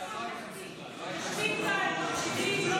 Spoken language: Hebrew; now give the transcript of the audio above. יושבים ומקשיבים,